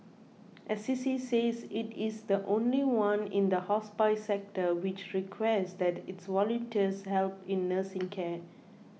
Assisi says it is the only one in the hospice sector which requests that its volunteers help in nursing care